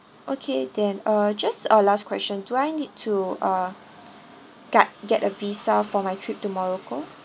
okay then uh just uh last question do I need to uh got get a visa for my trip to morocco